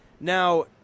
Now